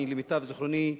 למיטב זיכרוני,